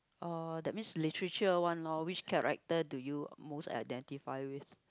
uh that means literature one lor which character do you most identify with